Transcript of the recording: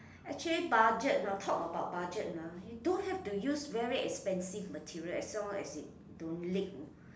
actually budget lor talk about budget ah you don't have to use very expensive material as long as it don't leak know